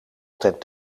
ten